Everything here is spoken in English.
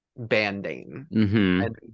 banding